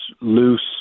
loose